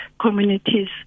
communities